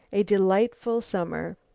a delightful summer.